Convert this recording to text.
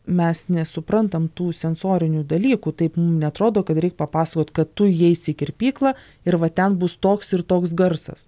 mes nesuprantam tų sensorinių dalykų taip mum neatrodo kad reik papasakot kad tu įeisi į kirpyklą ir va ten bus toks ir toks garsas